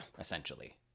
Essentially